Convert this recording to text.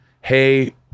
Hey